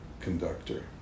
conductor